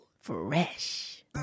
Fresh